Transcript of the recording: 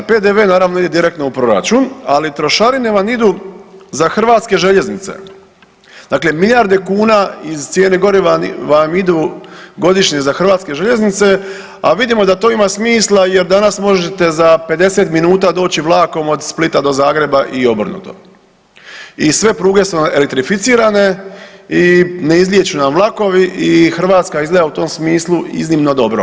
PDV naravno ide direktno u proračun, ali trošarine vam idu za Hrvatske željeznice, dakle milijarde kuna iz cijene goriva vam idu godišnje za HŽ, a vidimo da to ima smisla jer danas možete za 50 minuta doći vlakom od Splita do Zagreba i obrnuto i sve pruge su elektrificirane i ne izlijeću nam vlakovi i Hrvatska izgleda u tom smislu iznimno dobro.